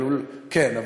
כן,